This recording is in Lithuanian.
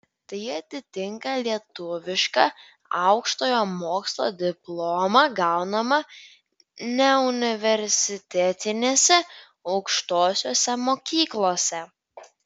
tai atitinka lietuvišką aukštojo mokslo diplomą gaunamą neuniversitetinėse aukštosiose mokyklose